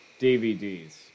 DVDs